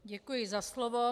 Děkuji za slovo.